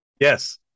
Yes